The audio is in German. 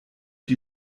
die